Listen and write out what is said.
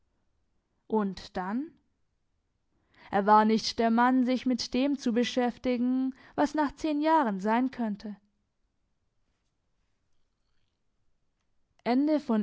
und dann er war nicht der mann sich mit dem zu beschäftigen was nach zehn jahren sein könnte